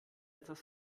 etwas